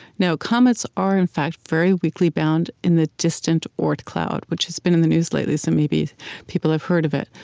now, comets are, in fact, very weakly bound in the distant oort cloud, which has been in the news lately, so maybe people have heard of it.